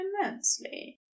immensely